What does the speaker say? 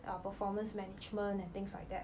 err performance management and things like that